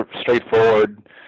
straightforward